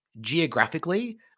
Geographically